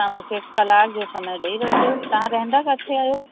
तव्हां मूंखे कलाक जो समय ॾेई रखिजो तव्हां रहंदा किथे आहियो